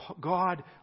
God